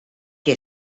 que